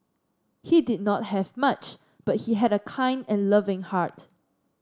he did not have much but he had a kind and loving heart